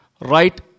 Right